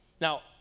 Now